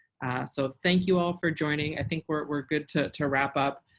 so thank you all for joining. i think we're good to to wrap up.